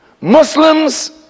Muslims